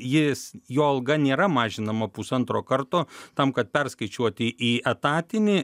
jis jo alga nėra mažinama pusantro karto tam kad perskaičiuoti į etatinį